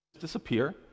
disappear